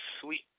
sweet